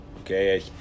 Okay